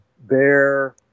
bear